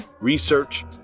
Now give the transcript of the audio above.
research